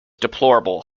deplorable